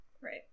Right